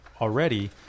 already